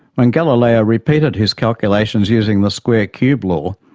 when galileo repeated his calculations using the square-cube law,